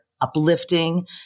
uplifting